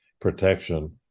protection